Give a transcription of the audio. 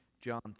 John